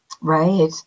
right